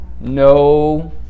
no